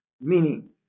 Meaning